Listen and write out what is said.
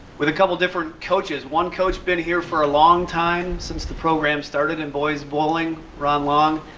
with a couple different coaches, one coach been here for a long-time since the program started in boys bowling ron long,